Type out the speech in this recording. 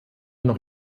noch